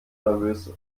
nervös